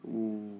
oo